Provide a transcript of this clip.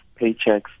paychecks